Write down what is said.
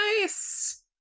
Nice